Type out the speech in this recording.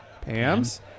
Pam's